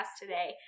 today